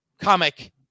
comic